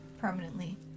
permanently